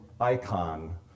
icon